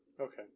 okay